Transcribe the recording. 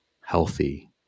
healthy